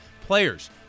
players